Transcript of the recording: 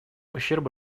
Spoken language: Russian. ущерба